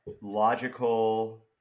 logical